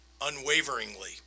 unwaveringly